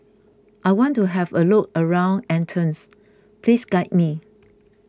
I want to have a look around Athens please guide me